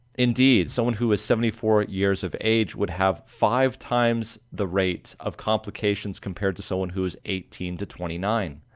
indeed someone who is seventy four years of age would have five times the rate of complications compared to someone who is eighteen to twenty nine,